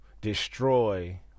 destroy